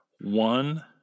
One